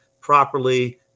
properly